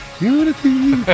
Unity